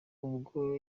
ubwo